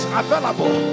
available